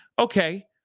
Okay